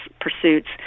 pursuits